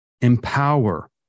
empower